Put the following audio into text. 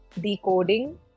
decoding